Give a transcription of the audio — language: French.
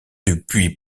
depuis